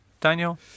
daniel